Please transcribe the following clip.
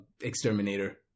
exterminator